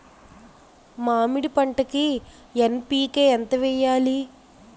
మామిడి పంటకి ఎన్.పీ.కే ఎంత వెయ్యాలి?